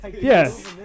Yes